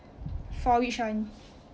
for which one